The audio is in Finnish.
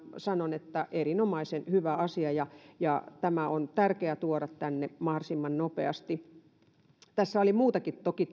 sanon vain että erinomaisen hyvä asia ja ja tämä on tärkeä tuoda tänne mahdollisimman nopeasti tässä lisätalousarviossa oli toki